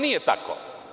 Nije tako.